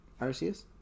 Arceus